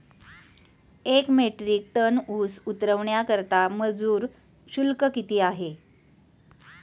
एक metric ton ऊस उतरवण्याकरता मजूर शुल्क किती आहे?